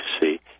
see